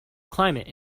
climate